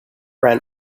ran